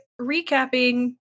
recapping